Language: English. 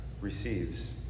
receives